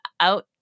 out